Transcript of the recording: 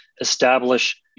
establish